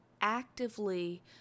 actively